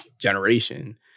generation